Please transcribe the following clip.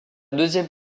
deuxième